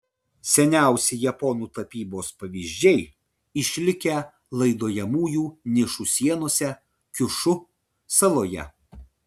seniausi japonų tapybos pavyzdžiai išlikę laidojamųjų nišų sienose kiušu saloje